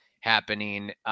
happening